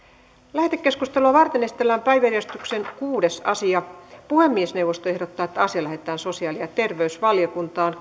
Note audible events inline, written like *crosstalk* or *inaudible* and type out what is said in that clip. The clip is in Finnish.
lähetekeskustelua varten esitellään päiväjärjestyksen kuudes asia puhemiesneuvosto ehdottaa että asia lähetetään sosiaali ja terveysvaliokuntaan *unintelligible*